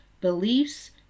beliefs